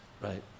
Right